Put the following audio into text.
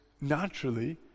naturally